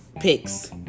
picks